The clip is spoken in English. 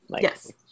Yes